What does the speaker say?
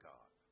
God